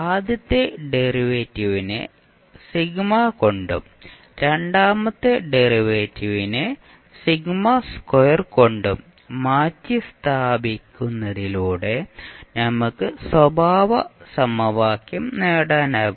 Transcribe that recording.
ആദ്യത്തെ ഡെറിവേറ്റീവിനെ 𝜎 കൊണ്ടും രണ്ടാമത്തെ ഡെറിവേറ്റീവിനെ കൊണ്ടും മാറ്റിസ്ഥാപിക്കുന്നതിലൂടെ നമുക്ക് സ്വഭാവ സമവാക്യം നേടാനാകും